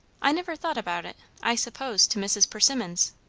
i never thought about it. i suppose to mrs. persimmon's.